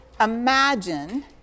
imagine